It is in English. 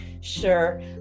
Sure